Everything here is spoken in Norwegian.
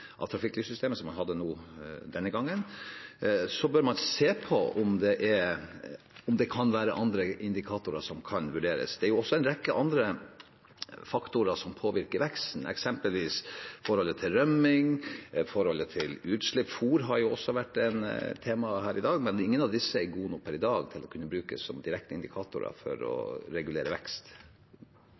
trafikklyssystemet, som man hadde denne gangen, bør man se på om det kan være andre indikatorer som kan vurderes. Det er også en rekke andre faktorer som påvirker veksten, eksempelvis forholdet til rømming, forholdet til utslipp, fôr har også vært tema her i dag, men ingen av disse er gode nok per i dag til å kunne brukes som direkte indikatorer for å regulere vekst.